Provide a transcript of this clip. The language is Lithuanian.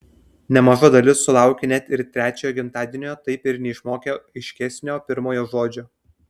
nemaža dalis sulaukia net ir trečiojo gimtadienio taip ir neišmokę aiškesnio pirmojo žodžio